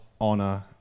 honor